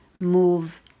move